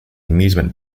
amusement